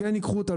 כן ייקחו אותם,